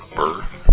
birth